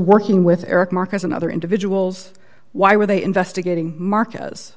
working with eric marcus and other individuals why were they investigating marcus